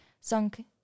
sunk